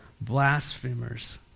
blasphemers